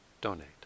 donate